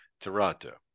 Toronto